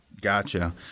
gotcha